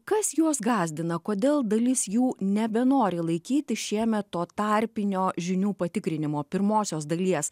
kas juos gąsdina kodėl dalis jų nebenori laikyti šiemet to tarpinio žinių patikrinimo pirmosios dalies